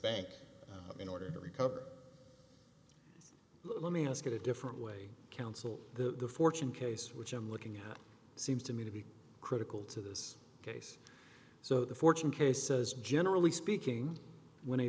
bank in order to recover let me ask a different way counsel the fortune case which i'm looking at seems to me to be critical to this case so the fortune cases generally speaking when a